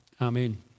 Amen